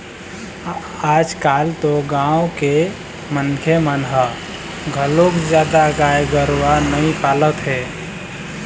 आजकाल तो गाँव के मनखे मन ह घलोक जादा गाय गरूवा नइ पालत हे